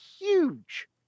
huge